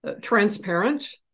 transparent